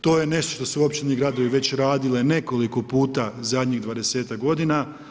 To je nešto što su općine i gradovi već radile nekoliko puta zadnjih dvadesetak godina.